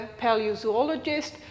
paleozoologist